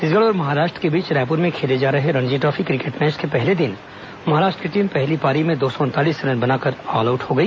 छत्तीसगढ़ और महाराष्ट्र के बीच रायपुर में खेले जा रहे रणजी ट्रॉफी क्रिकेट मैच के पहले दिन महाराष्ट्र की टीम पहली पारी में दो सौ उनतालीस रन बनाकर ऑलआउट हो गई